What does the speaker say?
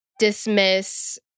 dismiss